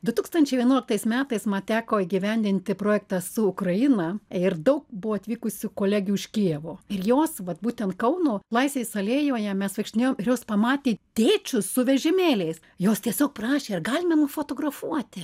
du tūkstančiai vienuoliktais metais ma teko įgyvendinti projektą su ukraina ir daug buvo atvykusių kolegių iš kijevo ir jos vat būten kauno laisvės alėjoje mes vaikštinėjom ir jos pamatė tėčius su vežimėliais jos tiesiog prašė ar galime nufotografuoti